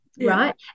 right